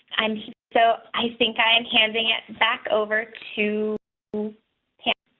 um so i think, i am handing it back over to him